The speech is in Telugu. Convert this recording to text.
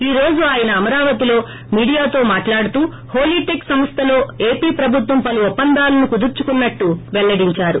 ఈ రోజు ఆయన అమరావతిలో మీడియాతో మాట్లాడుతూ హోలీటెక్ సంస్లతో ఏపీ ప్రభుత్వం పలు ఒప్పందాలు కుదుర్చుకున్నట్లు పెల్లడించారు